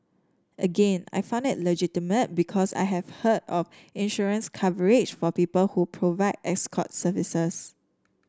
again I found it legitimate because I have heard of insurance coverage for people who provide escort services